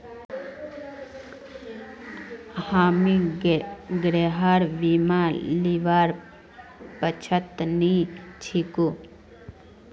हामी गृहर बीमा लीबार पक्षत नी छिकु